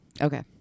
Okay